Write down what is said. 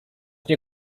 nie